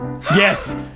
Yes